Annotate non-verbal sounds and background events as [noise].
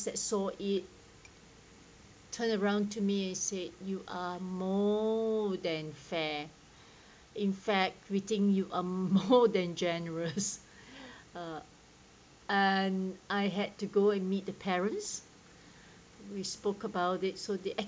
so it turned around to me and said you are more than fair in fact we think you are more [laughs] than generous uh and I had to go and meet the parents we spoke about it so the